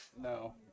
no